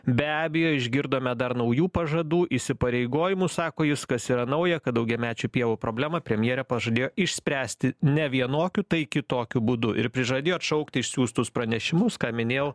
be abejo išgirdome dar naujų pažadų įsipareigojimų sako jūs kas yra nauja kad daugiamečių pievų problemą premjerė pažadėjo išspręsti ne vienokiu tai kitokiu būdu ir prižadėjo atšaukti išsiųstus pranešimus ką minėjau